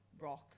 rock